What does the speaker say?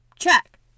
Check